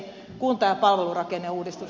arvoisa puhemies